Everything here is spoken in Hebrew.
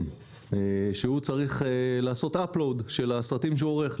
שהוא צריך לעשות אפ-לוד של הסרטים שהוא עורך.